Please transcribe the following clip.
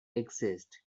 exist